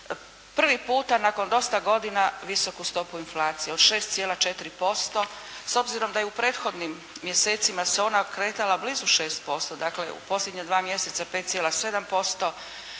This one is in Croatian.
prvi puta nakon dosta godina visoku stopu inflacija od 6,4% s obzirom da i u prethodnim mjesecima se ona kretala blizu 6%. Dakle u posljednja 2 mjeseca 5,7%.